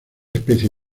especie